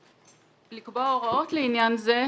לקבוע הוראות לעניין זה.